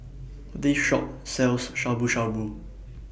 This Shop sells Shabu Shabu